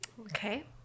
Okay